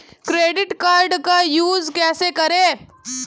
Credit card का use कैसे करें?